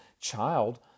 child